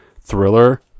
thriller